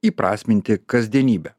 įprasminti kasdienybę